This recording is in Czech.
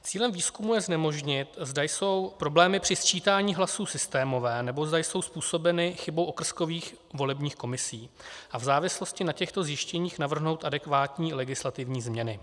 Cílem výzkumu je zjistit, zda jsou problémy při sčítání hlasů systémové, nebo zda jsou způsobeny chybou okrskových volebních komisí, a v závislosti na těchto zjištěních navrhnout adekvátní legislativní změny.